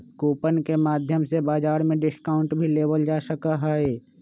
coupon के माध्यम से बाजार में डिस्काउंट भी लेबल जा सका हई